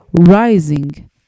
rising